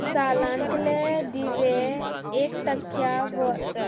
सालांतले दिवे एक टक्क्या वर